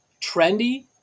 trendy